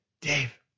Dave